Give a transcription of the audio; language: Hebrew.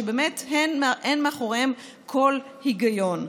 שבאמת אין מאחוריהם כל היגיון.